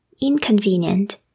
Inconvenient